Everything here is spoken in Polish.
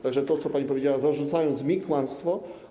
Tak że to, co pani powiedziała, zarzucając mi kłamstwo.